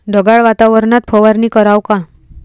ढगाळ वातावरनात फवारनी कराव का?